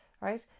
right